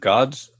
God's